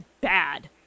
bad